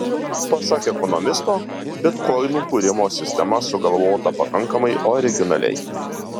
pasak ekonomisto bitkoinų kūrimo sistema sugalvota pakankamai originaliai